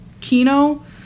Kino